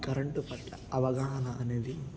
current పట్ల అవగాహన అనేది